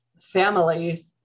family